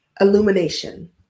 illumination